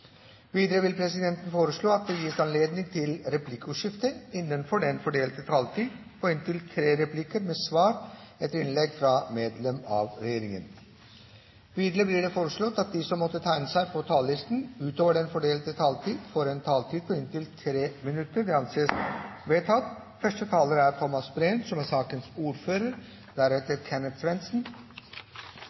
Videre vil presidenten foreslå at det gis anledning til replikkordskifte på inntil tre replikker med svar etter innlegg fra medlem av regjeringen innenfor den fordelte taletid. Videre blir det foreslått at de som måtte tegne seg på talerlisten utover den fordelte taletid, får en taletid på inntil 3 minutter. – Det anses vedtatt. Merverdiavgiften er utformet som